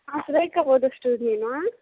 Surekha photo స్టూడియోయేనా